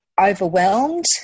overwhelmed